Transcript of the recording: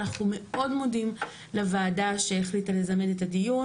אנחנו מאוד מודים לוועדה שהחליטה לזמן את הדיון